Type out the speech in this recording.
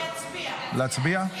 להצביע.